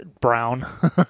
Brown